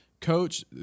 Coach